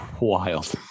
wild